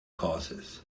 causes